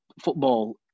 football